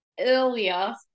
earlier